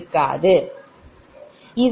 2916 0